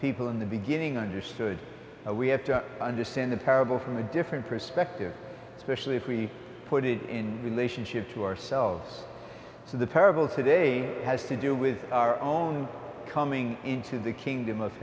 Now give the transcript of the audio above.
people in the beginning understood we have to understand the parable from a different perspective especially if we put it in relationship to ourselves so the parable today has to do with our own coming into the kingdom